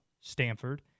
Stanford